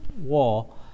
wall